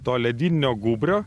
to ledinio gūbrio